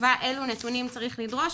במחשבה אילו נתונים צריך לדרוש.